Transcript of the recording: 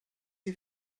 you